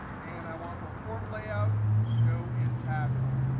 and i want report layout, show in tabular.